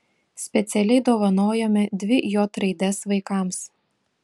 specialiai dovanojome dvi j raides vaikams